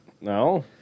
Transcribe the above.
No